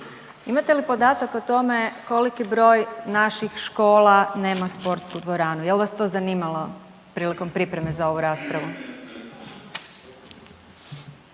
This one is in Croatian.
Imate li podatak o tome koliki broj naših škola nema sportsku dvoranu? Jel' vas to zanimalo prilikom pripreme za ovu raspravu?